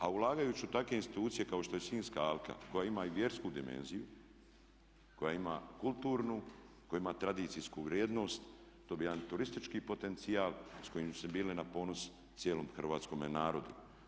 A ulagajući u takve institucije kao što je Sinjska alka koja ima i vjersku dimenziju, koja ima kulturnu, koja ima tradicijsku vrijednost to bi jedan turistički potencijal s kojim bi bili na ponos cijelom hrvatskom narodu.